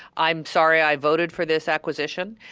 i'm sorry i voted for this acquisition.